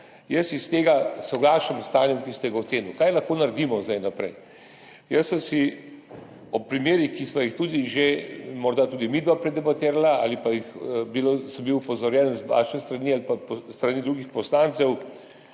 podlagi tega soglašam s stanjem, ki ste ga ocenili. Kaj lahko naredimo zdaj naprej? Jaz ob primerih, ki sva jih tudi že morda midva predebatirala ali pa sem bil opozorjen z vaše strani ali pa s strani drugih poslancev,